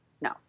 No